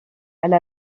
elle